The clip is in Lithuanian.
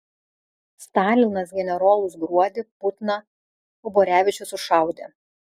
stalinas generolus gruodį putną uborevičių sušaudė